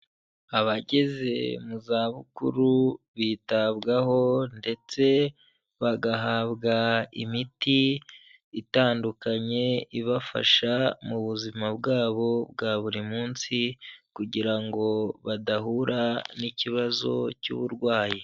Abageze mu zabukuru bitabwaho ndetse bagahabwa imiti itandukanye ibafasha mu buzima bwabo bwa buri munsi, kugira ngo badahura n'ikibazo cy'uburwayi.